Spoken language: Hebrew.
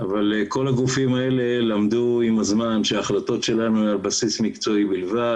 אבל כל הגופים האלה למדו עם הזמן שההחלטות שלנו הן על בסיס מקצועי בלבד,